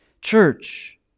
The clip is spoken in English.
church